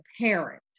parent